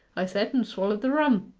i said, and swallered the rum.